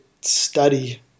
study